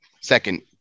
Second